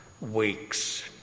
weeks